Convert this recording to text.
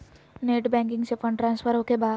Net banking से fund transfer होखें बा?